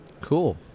Cool